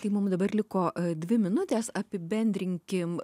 tai mums dabar liko dvi minutės apibendrinkim